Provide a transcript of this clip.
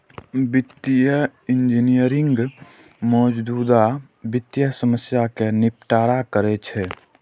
वित्तीय इंजीनियरिंग मौजूदा वित्तीय समस्या कें निपटारा करै छै